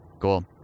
cool